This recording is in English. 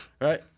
right